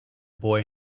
boy